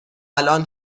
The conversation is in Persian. الان